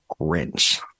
Grinch